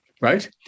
right